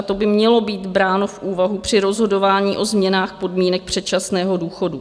To by mělo být bráno v úvahu při rozhodování o změnách podmínek předčasného důchodu.